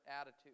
attitude